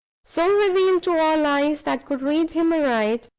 so revealed to all eyes that could read him aright,